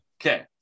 Okay